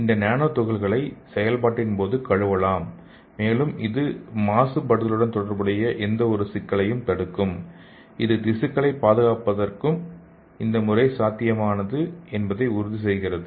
இந்த நானோ துகள்களை செயல்பாட்டின் போது கழுவலாம் மேலும் இது மாசுபடுதலுடன் தொடர்புடைய எந்தவொரு சிக்கலையும் தடுக்கும் இது திசுக்களைப் பாதுகாப்பதற்கு இந்த முறை சாத்தியமானது என்பதை உறுதி செய்கிறது